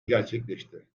gerçekleşti